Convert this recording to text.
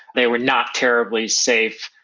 they were not terribly safe,